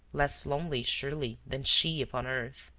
less lonely, surely, than she upon earth.